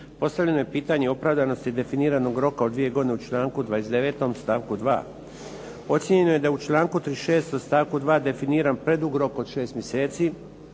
Postavljeno je pitanje opravdanosti definiranog roka od dvije godine u članku 29. stavku 2. Ocijenjeno je da u članku 36. u stavku 2. definiran predug rok od 6 mjeseci